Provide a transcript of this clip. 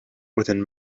within